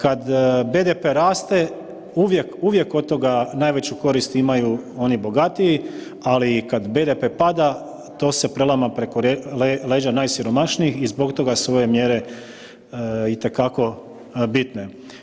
Kad BDP raste, uvijek od toga najveću korist imaju oni bogatiji, ali i kad BDP pada, to se prelama preko leđa najsiromašnijih i zbog toga su ove mjere itekako bitne.